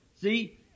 See